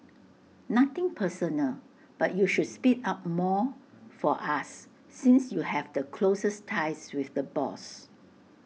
nothing personal but you should speak up more for us since you have the closest ties with the boss